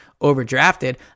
overdrafted